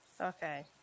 Okay